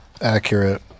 accurate